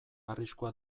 arriskua